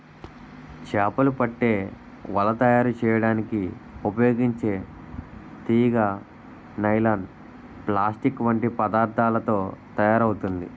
చేపలు పట్టే వల తయారు చేయడానికి ఉపయోగించే తీగ నైలాన్, ప్లాస్టిక్ వంటి పదార్థాలతో తయారవుతుంది